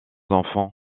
enfants